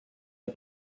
amb